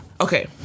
okay